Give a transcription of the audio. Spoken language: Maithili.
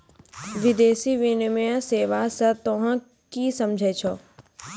विदेशी विनिमय सेवा स तोहें कि समझै छौ